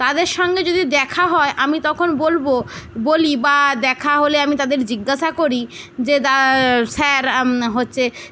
তাদের সঙ্গে যদি দেখা হয় আমি তখন বলব বলি বা দেখা হলে আমি তাদের জিজ্ঞাসা করি যে দা স্যার হচ্ছে